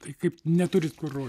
tai kaip neturit kur ro